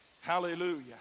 Hallelujah